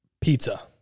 Pizza